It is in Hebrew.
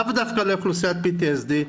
לאו דווקא לאוכלוסיית PTSD,